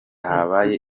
habaye